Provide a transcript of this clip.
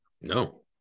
No